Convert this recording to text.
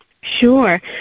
Sure